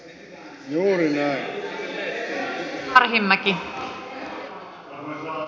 arvoisa puhemies